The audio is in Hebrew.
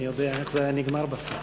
מי יודע איך זה היה נגמר בסוף.